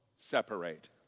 separate